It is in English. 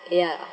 ya